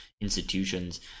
institutions